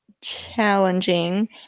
challenging